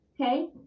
Okay